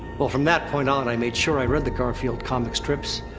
well, from that point on, i made sure i read the garfield comic strips.